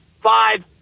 Five